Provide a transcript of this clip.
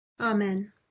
amen